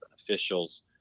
Officials